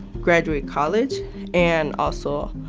graduate college and also